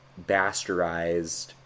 bastardized